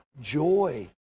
joy